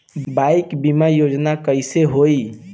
Bike बीमा योजना कैसे होई?